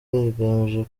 bigamije